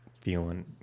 feeling